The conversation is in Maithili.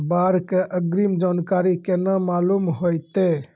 बाढ़ के अग्रिम जानकारी केना मालूम होइतै?